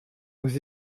aux